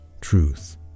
truth